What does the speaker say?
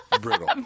Brutal